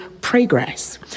progress